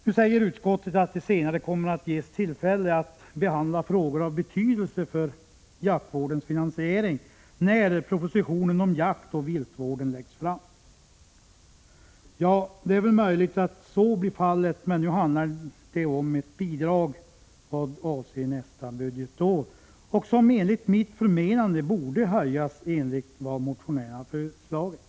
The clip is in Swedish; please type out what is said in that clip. Utskottet säger att det senare kommer att ges tillfälle att behandla frågor av betydelse för jaktvårdens finansiering, när propositionen om jaktoch viltvården läggs fram. Ja, det är väl möjligt att så blir fallet, men nu handlar det om ett bidrag vad avser nästa budgetår, som enligt mitt förmenande borde höjas i enlighet med vad motionärerna har föreslagit.